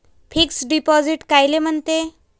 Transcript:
Fix deposit कायले म्हनते?